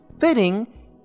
Fitting